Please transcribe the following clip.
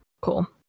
Cool